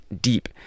deep